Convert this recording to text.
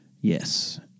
Yes